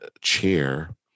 chair